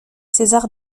césar